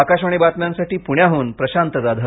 आकाशवाणी बातम्यांसाठी पुण्याहून प्रशांत जाधव